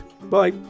Bye